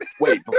Wait